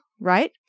right